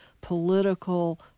political